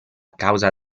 causa